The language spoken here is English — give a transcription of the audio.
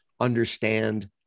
understand